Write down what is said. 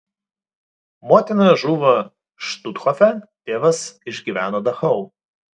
motina žuvo štuthofe tėvas išgyveno dachau